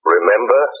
Remember